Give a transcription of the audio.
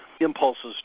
impulses